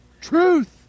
truth